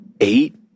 eight